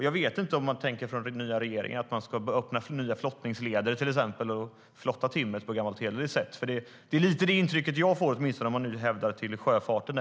Jag vet inte om den nya regeringen tänker att man ska öppna nya flottningsleder och flotta timret på gammalt hederligt sätt, men jag får åtminstone lite av det intrycket när de nu hänvisar till sjöfarten.